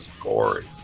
gory